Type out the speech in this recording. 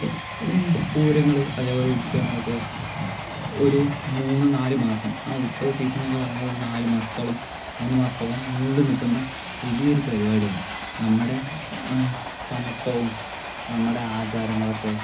പൂരങ്ങള് അതേപോലെ ഉത്സവങ്ങളൊക്കെ ഒരു മൂന്ന് നാല് മാസം ആ ഉത്സവ സീസൺന്നൊക്കെ പറയുന്നത് ഒരു നാല് മാസം മൂന്ന് മാസത്തോളം നീണ്ട് നിൽക്കുന്ന വലിയൊരു പരിപാടിയാണ് നമ്മുടെ സമത്വവും നമ്മടെ ആചാരങ്ങളൊക്കെ